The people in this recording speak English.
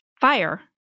Fire